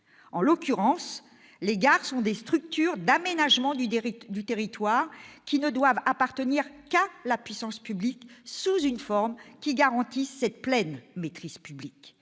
En l'occurrence, les gares sont des structures d'aménagement du territoire qui ne doivent appartenir qu'à la puissance publique, sous une forme garantissant cette pleine maîtrise publique.